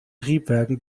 triebwerken